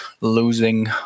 losing